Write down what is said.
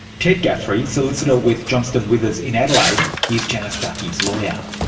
ted guthrie, solicitor with johnston withers in adelaide, is janice duffy's lawyer.